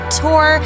tour